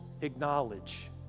acknowledge